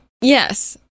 Yes